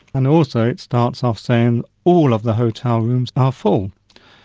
and also it starts off saying all of the hotel rooms are full.